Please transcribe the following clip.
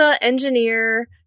engineer